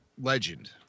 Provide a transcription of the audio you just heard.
legend